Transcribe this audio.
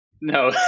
No